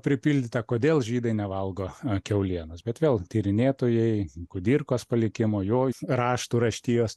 pripildytą kodėl žydai nevalgo kiaulienos bet vėl tyrinėtojai kudirkos palikimo jo raštų raštijos